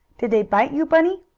did they bite you, bunny?